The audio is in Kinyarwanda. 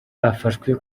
bafashwe